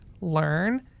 learn